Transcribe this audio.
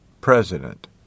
president